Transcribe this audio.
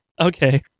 okay